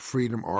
Freedom